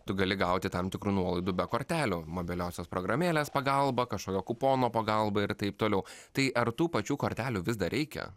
tu gali gauti tam tikrų nuolaidų be kortelių mobiliosios programėlės pagalba kažkokio kupono pagalba ir taip toliau tai ar tų pačių kortelių vis dar reikia